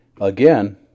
again